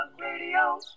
Radio